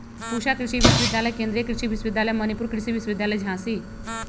पूसा कृषि विश्वविद्यालय, केन्द्रीय कृषि विश्वविद्यालय मणिपुर, कृषि विश्वविद्यालय झांसी